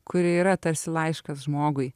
kuri yra tarsi laiškas žmogui